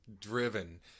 driven